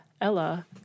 Ella